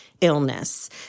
illness